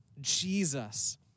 Jesus